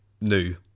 new